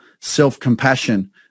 self-compassion